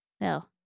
No